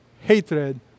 hatred